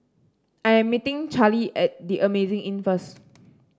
I am meeting Charlie at The Amazing Inn first